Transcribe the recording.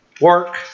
Work